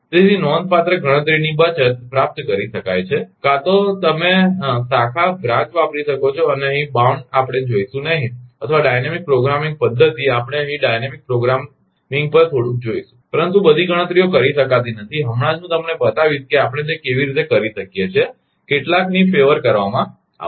તેથી નોંધપાત્ર ગણતરીની બચત પ્રાપ્ત કરી શકાય છે કાં તો તમે શાખા વાપરી શકો છો અને અહીં બાઉન્ડ આપણે જોઈશું નહીં અથવા ડાયનેમિક પ્રોગ્રામિંગ પદ્ધતિ આપણે અહીં ડાયનેમિક પ્રોગ્રામિંગ પર થોડુંક જોઇશું પરંતુ બધી ગણતરીઓ કરી શકાતી નથી હમણાં જ હું તમને બતાવીશ કે આપણે તે કેવી રીતે કરી શકીએ છીએ કેટલાકની તરફેણ કરવામાં આવશે